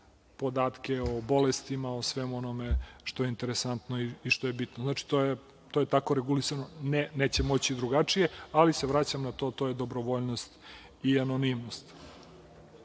podatke o bolestima, o svemu onome što je interesantno i što je bitno. To je tako regulisano, neće moći drugačije, ali se vraćam na to, to je dobrovoljnost i anonimnost. Pitali